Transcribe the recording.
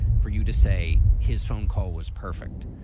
for you to say his phone call was perfect.